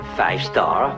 five-star